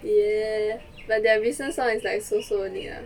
ya but their recent song is like so-so only lah